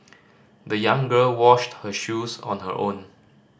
the young girl washed her shoes on her own